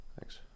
Thanks